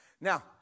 now